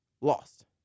lost